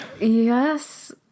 Yes